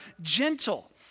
gentle